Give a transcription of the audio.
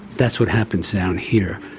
that's what happens down here.